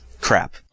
crap